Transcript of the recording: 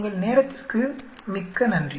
உங்கள் நேரத்திற்கு மிக்க நன்றி